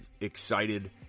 excited